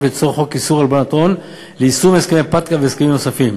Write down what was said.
לצורך חוק איסור הלבנת הון ליישום הסכמי FATCA וההסכמים הנוספים.